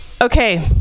Okay